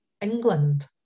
England